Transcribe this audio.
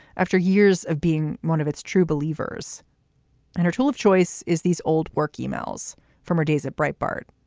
after years of being one of its true believers in and her tool of choice is these old work emails from her days at bright bart.